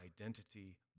identity